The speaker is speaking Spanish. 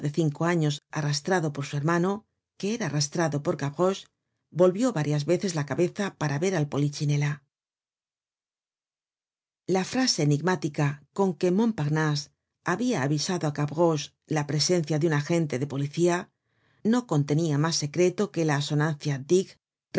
cinco años arrastrado por su hermano que era arrastrado por gavroche volvió varias veces la cabeza para ver al polichinela la frase enigmática con que montparnase habia avisado á gavroche la presencia de un agente de policía no contenia mas secreto que la